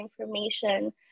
information